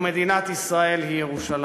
ומדינת ישראל היא ירושלים.